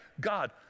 god